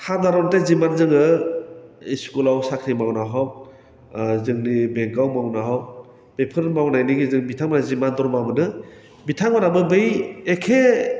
हाबा मथे जिमान जोङो इस्कुलाव साख्रि मावग्रा हग जोंनि बेंकआव मावग्रा हग बेफोर मावनायनि गेजेरजों बिथांमोनहा जिमान दरमाहा मोनो बिथांमोनहाबो बै एखे